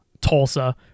Tulsa